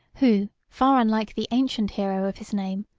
who, far unlike the ancient hero of his name,